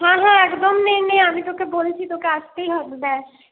হ্যাঁ হ্যাঁ একদম নে নে আমি তোকে বলছি তোকে আসতেই হবে ব্যস